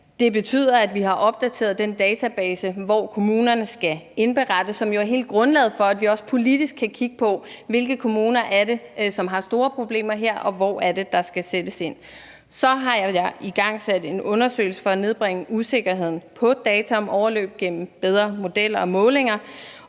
Det betyder, at vi har opdateret den database, hvor kommunerne skal indberette, som jo er hele grundlaget, for at vi også politisk kan kigge på, hvilke kommuner det er, der har store problemer her, og hvor det er, der skal sættes ind. Så har jeg igangsat en undersøgelse for at nedbringe usikkerheden i forhold til data om overløb gennem bedre modeller og målinger.